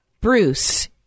Bruce